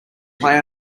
play